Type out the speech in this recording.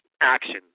action